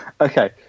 Okay